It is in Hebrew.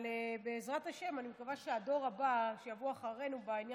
אבל בעזרת השם אני מקווה שהדור הבא שיבוא אחרינו בעניין